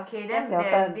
it's your turn